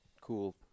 cool